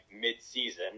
mid-season